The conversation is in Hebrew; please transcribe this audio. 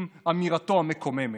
עם אמירתו המקוממת,